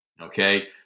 Okay